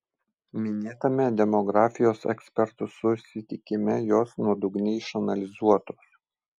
minėtame demografijos ekspertų susitikime jos nuodugniai išanalizuotos